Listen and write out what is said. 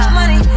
money